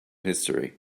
history